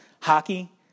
Hockey